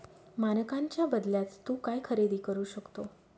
मानकांच्या बदल्यात तू काय खरेदी करू शकतो?